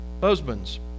Husbands